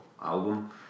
album